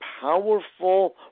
powerful